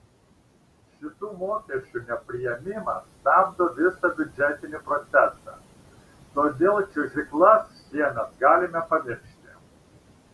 šitų mokesčių nepriėmimas stabdo visą biudžetinį procesą todėl čiuožyklas šiemet galime pamiršti